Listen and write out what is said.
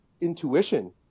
intuition